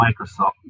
Microsoft